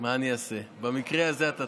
מה אני אעשה, במקרה הזה אתה צודק.